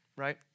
right